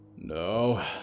no